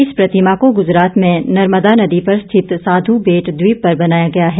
इस प्रतिमा को गुजरात में नर्मदा नदी पर स्थित साधू बेट ट्वीप पर बनाया गया है